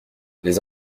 les